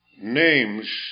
names